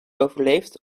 overleefd